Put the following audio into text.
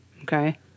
Okay